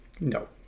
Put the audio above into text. No